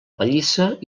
pallissa